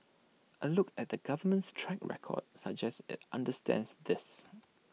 A look at the government's track record suggests IT understands this